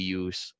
use